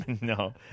No